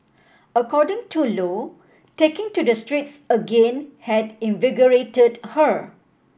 according to Lo taking to the streets again had invigorated her